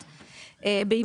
13:00.